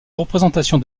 représentation